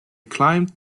climbed